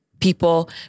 people